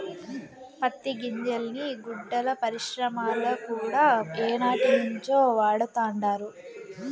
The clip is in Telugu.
పత్తి గింజల్ని గుడ్డల పరిశ్రమల కూడా ఏనాటినుంచో వాడతండారు